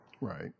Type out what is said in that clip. Right